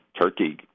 Turkey